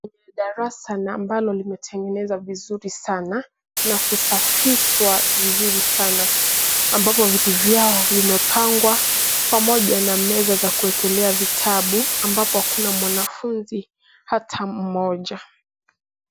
Ni darasa ambalo limetengeneza vizuri sana, na kusafishwa vizuri sana, ambapo vitu vyao vimepangwa pamoja na meza za kuwekelea vitabu ambapo hakuna mwanafunzi hata mmoja.